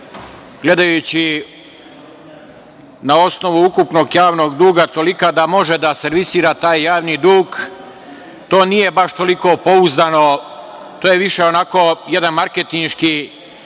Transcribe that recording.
gledajući na osnovu ukupnog javnog duga, tolika da može da servisira taj javni dug, to nije baš toliko pouzdano, to je više onako jedan marketinški